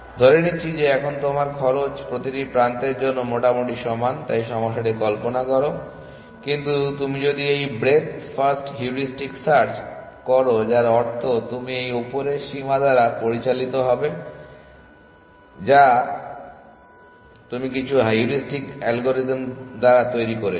ধরে নিচ্ছি যে এখন তোমার খরচ প্রতিটি প্রান্তের জন্য মোটামুটি সমান তাই সমস্যাটি কল্পনা করো কিন্তু তুমি যদি এই ব্রেডথ ফার্স্ট হিউরিস্টিক সার্চ করো যার অর্থ তুমি এই উপরের সীমা দ্বারা পরিচালিত হবে যা তুমি কিছু হিউরিস্টিক অ্যালগরিদম দ্বারা তৈরি করেছো